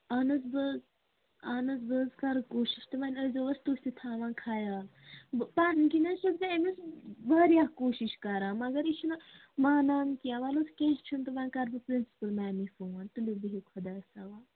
اَہَن حظ بہٕ حظ اَہَن حظ بہٕ حظ کَرٕ کوٗشِش تہٕ وۄنۍ ٲسۍزیوس تُہۍ تہِ تھاوان خیال بہٕ پَنٕنۍ کِنۍ حظ چھَس بہٕ أمِس واریاہ کوٗشِش کران مگر یہِ چھِنہٕ مانان کیٚنہہ وَلہٕ حظ کیٚنہہ چھُنہٕ تہٕ وۄنۍ کَرٕ بہٕ پرنسٕپل میمی فون تُلیُو بِہِو خۄدایَس حوال